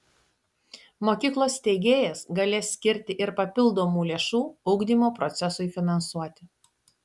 mokyklos steigėjas galės skirti ir papildomų lėšų ugdymo procesui finansuoti